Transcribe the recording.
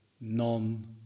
non